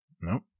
Nope